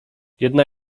jedna